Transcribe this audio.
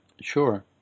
sure